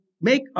make